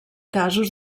casos